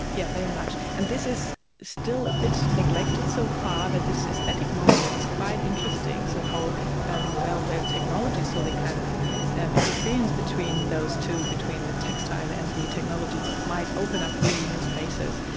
yeah, very much. and this is still a bit neglected so far that this aesthetic moment is quite interesting, so how and well the technology, so the kind of interference between those two, between the textile and the technology, might open up really new spaces.